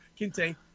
Kinte